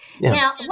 Now